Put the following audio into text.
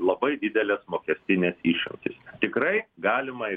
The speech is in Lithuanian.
labai didelės mokestinės išimtys tikrai galima